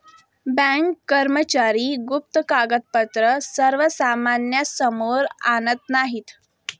bank कर्मचारी गुप्त कागदपत्रे सर्वसामान्यांसमोर आणत नाहीत